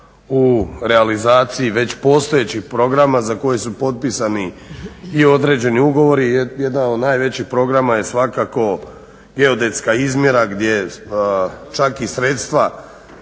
u realizaciji već postojećih programa za koje su potpisani i određeni ugovori. Jedna od najvećih programa je svakako geodetska izmjera gdje čak i sredstva